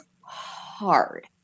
hard